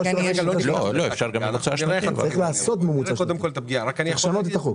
צריך לעשות ממוצע שנתי, לשנות את החוק.